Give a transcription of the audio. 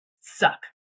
suck